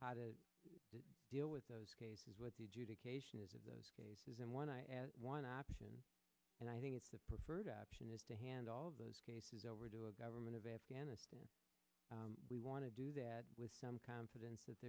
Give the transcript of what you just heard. how to deal with those cases of those cases and when i add one option and i think it's the preferred option is to hand all those cases over to a government of afghanistan and we want to do that with some confidence that